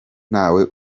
ntawe